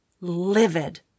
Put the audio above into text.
livid